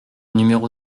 numéro